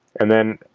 and then